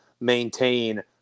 maintain